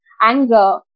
anger